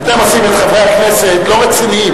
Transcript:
אתם עושים את חברי הכנסת לא רציניים,